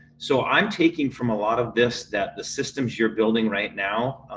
so i'm taking from a lot of this that the systems your building right now,